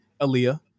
Aaliyah